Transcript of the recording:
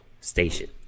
station